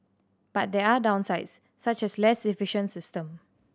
but there are downsides such as less efficient system